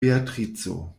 beatrico